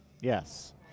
Yes